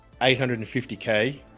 850k